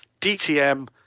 dtm